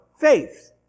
faith